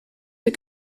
der